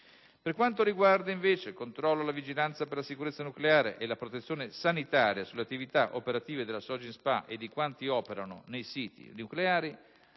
Per quanto riguarda invece il controllo e la vigilanza per la sicurezza nucleare e la protezione sanitaria sulle attività operative della Sogin Spa e di quanti operano nei siti nucleari